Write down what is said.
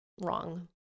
wrong